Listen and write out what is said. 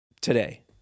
Today